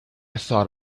thought